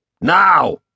Now